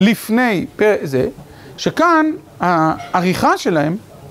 לפני זה, שכאן העריכה שלהם